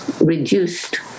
reduced